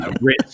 rich